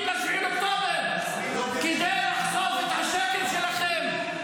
ל-7 באוקטובר כדי לחשוף את השקר שלכם,